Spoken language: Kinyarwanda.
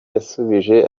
yasubije